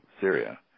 Syria